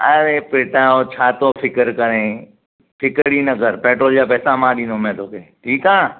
अरे पैसा जो छातो फिकर करे फ़िक्रु ई न कर पेट्रोल जा पैसा मां ॾींदो मै तोखे ठीकु आहे